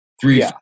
three